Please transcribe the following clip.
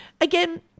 Again